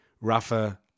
Rafa